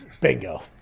Bingo